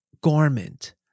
garment